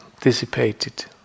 dissipated